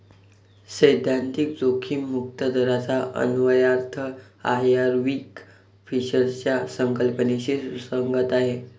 सैद्धांतिक जोखीम मुक्त दराचा अन्वयार्थ आयर्विंग फिशरच्या संकल्पनेशी सुसंगत आहे